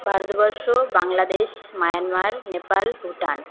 Bharatvarsha Bangladesh Myanmar Nepal Bhutan